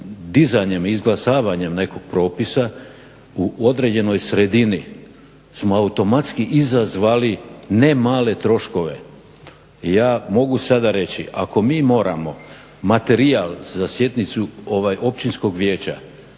dizanjem, izglasavanjem nekog propisa u određenoj sredini smo automatski izazvali ne male troškove. Ja mogu sada reći ako mi moramo materijal za sjednicu općinskog vijeća